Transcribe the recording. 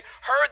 heard